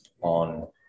on